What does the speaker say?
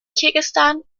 kirgisistan